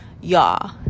y'all